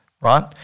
right